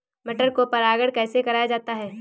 मटर को परागण कैसे कराया जाता है?